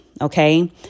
okay